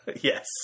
Yes